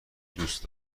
دوست